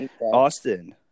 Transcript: austin